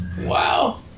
Wow